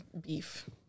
beef